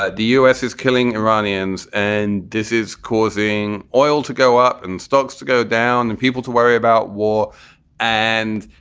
ah the u s. is killing iranians and this is causing oil to go up and stocks to go down and people to worry about war and